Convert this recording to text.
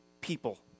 people